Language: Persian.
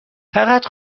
فقط